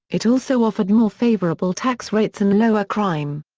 it also offered more favorable tax rates and lower crime.